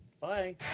Bye